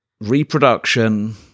reproduction